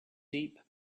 deep